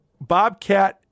bobcat